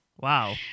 Wow